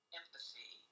empathy